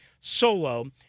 solo